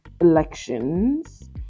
elections